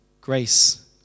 grace